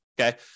okay